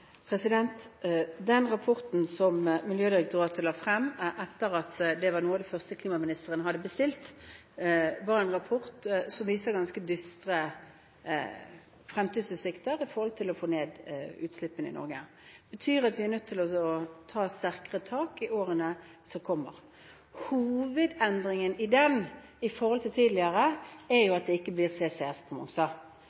Den rapporten som Miljødirektoratet la frem – den var noe av det første klimaministeren bestilte – viser ganske dystre fremtidsutsikter med hensyn til å få ned utslippene i Norge. Det betyr at vi er nødt til å ta sterkere tak i årene som kommer. Hovedendringen i forhold til tidligere er jo